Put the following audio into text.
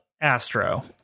Astro